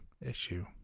issue